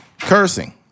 cursing